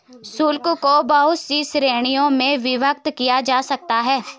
शुल्क को बहुत सी श्रीणियों में विभक्त किया जा सकता है